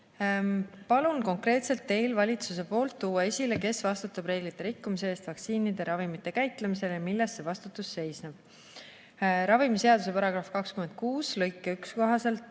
"Palun konkreetselt Teil valitsuse poolt tuua esile, kes vastutab reeglite rikkumise eest vaktsiinide ja ravimite käitlemisel ning milles see vastutus seisneb?" Ravimiseaduse § 26 lõike 1 kohaselt